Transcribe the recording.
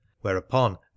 whereupon